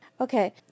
Okay